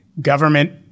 government